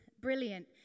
brilliant